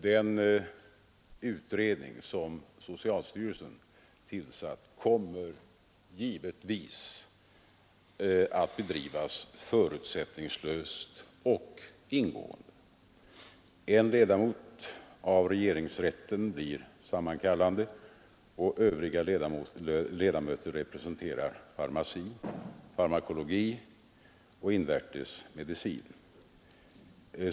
Den utredning som socialstyrelsen tillsatt kommer givetvis att bedrivas förutsättningslöst och ingående. En ledamot av regeringsrätten blir sammankallande, och övriga ledamöter representerar farmaci, farmakologi och invärtes medicin.